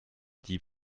die